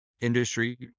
industry